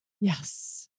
Yes